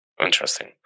Interesting